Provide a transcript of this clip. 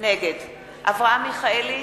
נגד אברהם מיכאלי,